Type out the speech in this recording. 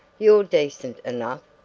you're decent enough!